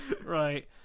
Right